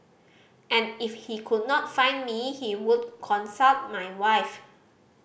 and if he could not find me he would consult my wife